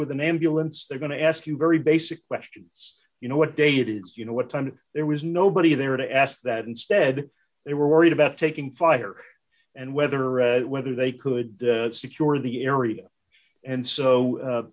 with an ambulance they're going to ask you very basic questions you know what day it is you know what time there was nobody there to ask that instead they were worried about taking fire and whether read whether they could secure the area and so